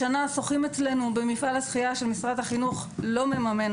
בשנה שוחים אצלנו במפעל השחייה שמשרד החינוך לא מממן,